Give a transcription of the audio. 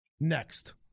next